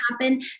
happen